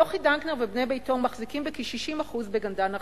נוחי דנקנר ובני ביתו מחזיקים בכ-60% ב"גנדן אחזקות".